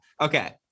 Okay